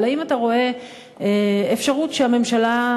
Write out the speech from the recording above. אבל האם אתה רואה אפשרות שהממשלה,